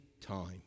time